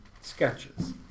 sketches